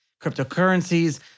cryptocurrencies